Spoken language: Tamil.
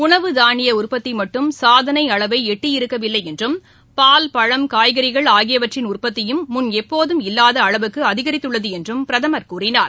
உணவு தானியஉற்பத்திமட்டும் சாதனைஅளவைஎட்டியிருக்கவில்லைஎன்றும் பால் பழம் காய்கறிகள் ஆகியவற்றின் உற்பத்தியும் முன்னெப்போதும் இல்வாதஅளவுக்குஅதிகரித்துள்ளதுஎன்றுபிரதமர் கூறினார்